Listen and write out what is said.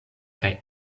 kaj